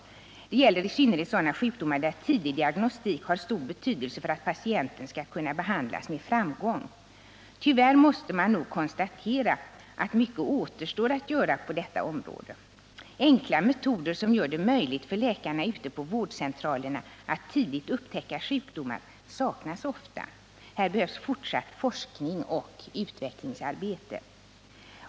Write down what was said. Detta gäller i synnerhet sådana sjukdomar där tidig diagnostik har stor betydelse för att patienten skall kunna behandlas med framgång. Tyvärr måste man nog konstatera att mycket återstår att göra på detta område. Enkla metoder som gör det möjligt för läkarna ute på vårdcentralerna att tidigt upptäcka sjukdomar saknas ofta. Här behövs fortsatt forskning och utvecklingsarbete.